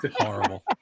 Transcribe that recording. Horrible